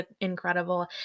incredible